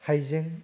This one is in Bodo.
हाइजें